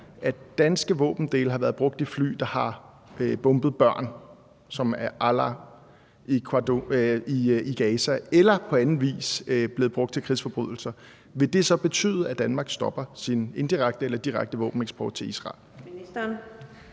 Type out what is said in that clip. at danske våbendele har været brugt i fly, der har bombet børn som Alaa Qaddoum i Gaza, eller de på anden vis er blevet brugt til krigsforbrydelser, vil det så betyde, at Danmark stopper sin indirekte eller direkte våbeneksport til Israel?